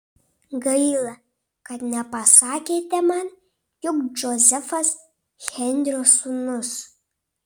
gaila kad nepasakėte man jog džozefas henrio sūnus